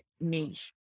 niche